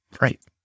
Right